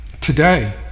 Today